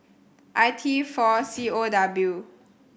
I T four C O W